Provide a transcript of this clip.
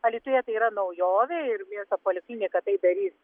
alytuje tai yra naujovė ir miesto poliklinika tai darys